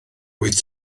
wyt